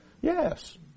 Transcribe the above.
Yes